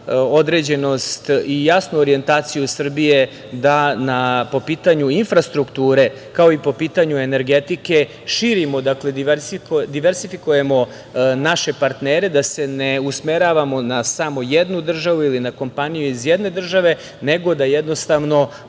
određenost i jasnu orijentaciju Srbije da po pitanju infrastrukture, kao i po pitanju energetike širimo, dakle, diversifikujemo naše partnere da se ne usmeravamo na samo jednu državu ili na kompaniju iz jedne države, nego da jednostavno